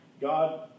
God